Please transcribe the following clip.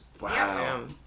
Wow